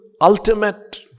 ultimate